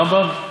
רמב"ם?